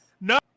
No